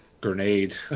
grenade